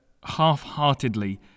half-heartedly